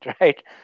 right